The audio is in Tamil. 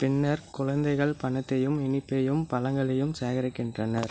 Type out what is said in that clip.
பின்னர் குழந்தைகள் பணத்தையும் இனிப்பையும் பழங்களையும் சேகரிக்கின்றனர்